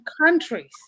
countries